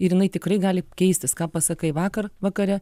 ir jinai tikrai gali keistis ką pasakai vakar vakare